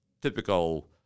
typical